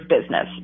business